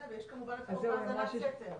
--- ויש כמובן את חוק האזנת סתר.